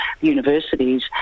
universities